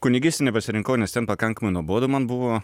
kunigystę nepasirinkau nes ten pakankamai nuobodu man buvo